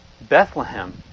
Bethlehem